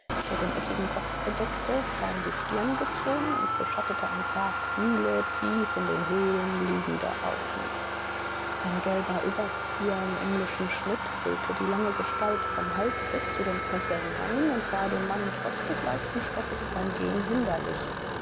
der den eckigen kopf bedeckte war in die stirn gezogen und beschattete ein paar kühle tief in den höhlen liegende augen ein gelber überzieher in englischem schnitt hüllte die lange gestalt vom hals bis zu den knöcheln ein und war dem mann trotz des leichten stoffes beim gehen hinderlich